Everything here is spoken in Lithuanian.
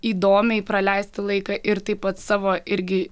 įdomiai praleisti laiką ir taip pat savo irgi